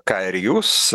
ką ir jūs